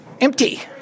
empty